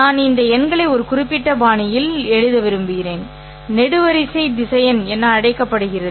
நான் இந்த எண்களை ஒரு குறிப்பிட்ட பாணியில் விரும்புகிறேன் நெடுவரிசை திசையன் என அழைக்கப்படுகிறது